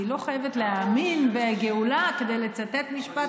היא לא חייבת להאמין בגאולה כדי לצטט משפט